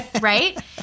right